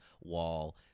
Wall